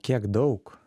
kiek daug